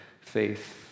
faith